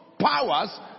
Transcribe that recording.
powers